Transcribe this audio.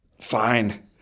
Fine